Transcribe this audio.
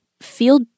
feel